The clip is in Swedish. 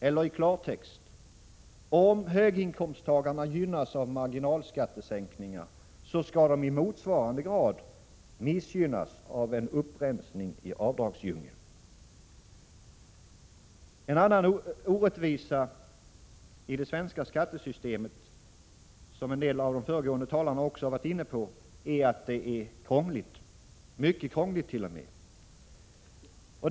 Eller i klartext: Om höginkomsttagare gynnas av marginalskattesänkningar skall de i motsvarande grad missgynnas av en upprensning i avdragsdjungeln. En annan orättvisa i det svenska skattesystemet, som några av de föregående talarna har varit inne på, är att det är krångligt —t.o.m. mycket krångligt.